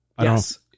Yes